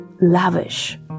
lavish